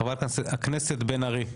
חברת הכנסת בן ארי.